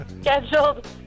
scheduled